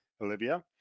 Olivia